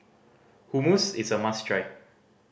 hummus is a must try